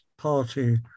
party